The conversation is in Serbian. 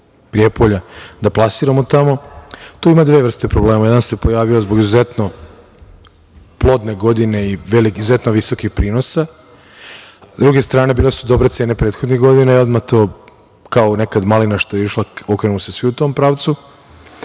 da plasiramo tamo. Tu ima dve vrste problema. Jedan se pojavio zbog izuzetno plodne godine i izuzetno visokih prinosa. S druge strane, bile su dobre cene prethodnih godina i odmah to, kao nekad malina što je išla, okrenuli se svi u tom pravcu.